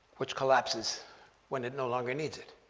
which collapses when it no longer needs it.